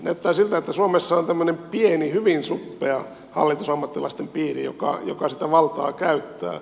näyttää siltä että suomessa on tämmöinen pieni hyvin suppea hallitusammattilaisten piiri joka sitä valtaa käyttää